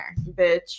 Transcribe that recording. Bitch